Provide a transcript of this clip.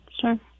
Sure